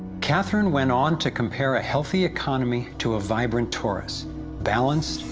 catherine went on to compare a healthy economy to a vibrant torus balanced,